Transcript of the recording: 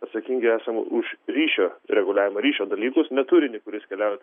atsakingi esam už ryšio reguliavimą ryšio dalykus ne turinį kuris keliauja